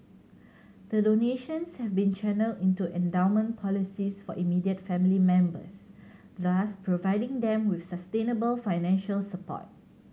the donations have been channelled into endowment policies for immediate family members thus providing them with sustainable financial support